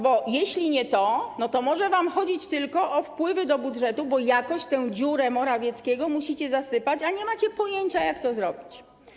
Bo jeśli to nie to, to może wam chodzić tylko o wpływy do budżetu, bo jakoś te dziurę Morawieckiego musicie zasypać, a nie macie pojęcia, jak to zrobić.